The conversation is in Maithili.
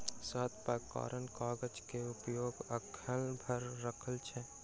सात प्रकारक कागज के उपयोग अखैन भ रहल छै